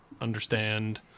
understand